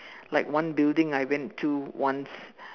like one building I went to once